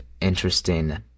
interesting